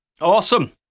Awesome